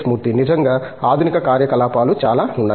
మూర్తి నిజంగా ఆధునిక కార్యకలాపాలు చాలా ఉన్నాయి